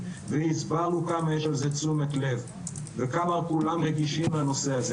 והסברנו כמה יש על זה תשומת לב וכמה כולם רגישים לנושא הזה.